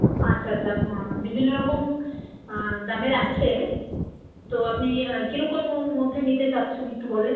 আচ্ছা আচ্ছা বিভিন্ন রকম দামের আছে তো আপনি কীরকম মধ্যে নিতে চাচ্ছেন ইকটু বলেন